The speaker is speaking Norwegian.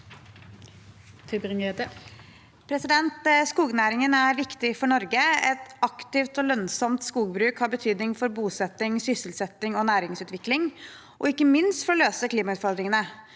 Skognæ- ringen er viktig for Norge. Et aktivt og lønnsomt skogbruk har betydning for bosetting, sysselsetting, næringsutvikling og ikke minst for å løse klimautfordringene.